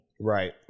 Right